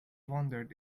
wondered